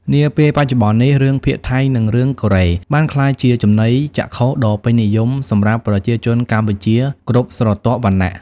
នាពេលបច្ចុប្បន្ននេះ រឿងភាគថៃ និងរឿងកូរ៉េបានក្លាយជាចំណីចក្ខុដ៏ពេញនិយមសម្រាប់ប្រជាជនកម្ពុជាគ្រប់ស្រទាប់វណ្ណៈ។